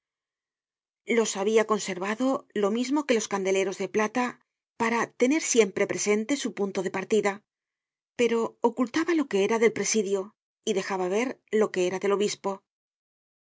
los habia conservado lo mismo que los candeleros de plata para tener siempre presente su punto de partida pero ocultaba lo que era del presidio y dejaba ver lo que era del obispo